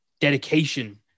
Dedication